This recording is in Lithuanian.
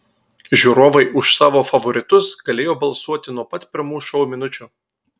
žiūrovai už savo favoritus galėjo balsuoti nuo pat pirmų šou minučių